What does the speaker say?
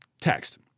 text